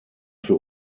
für